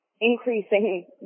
increasing